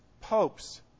popes